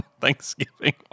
Thanksgiving